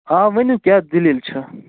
آ ؤنِو کیٛاہ دٔلیٖل چھےٚ